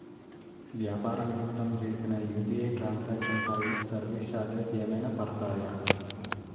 వ్యాపార నిమిత్తం చేసిన యు.పి.ఐ ట్రాన్ సాంక్షన్ పై సర్వీస్ చార్జెస్ ఏమైనా పడతాయా?